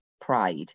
pride